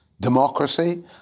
democracy